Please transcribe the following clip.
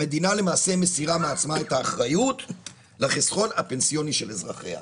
המדינה למעשה מסירה מעצמה את האחריות לחיסכון הפנסיוני של אזרחיה,